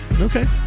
Okay